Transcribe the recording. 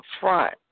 front